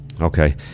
Okay